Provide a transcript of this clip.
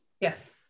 Yes